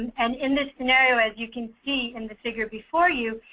and in this scenario as you can see in the figure before you,